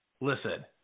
Listen